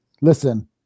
listen